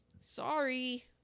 sorry